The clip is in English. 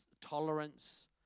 tolerance